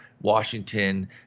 Washington